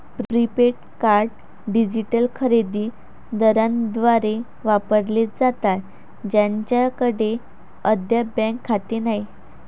prepaid card digital खरेदी दारांद्वारे वापरले जातात ज्यांच्याकडे अद्याप बँक खाते नाही